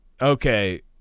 okay